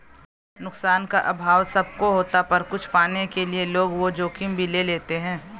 नुकसान का अभाव सब को होता पर कुछ पाने के लिए लोग वो जोखिम भी ले लेते है